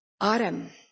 Autumn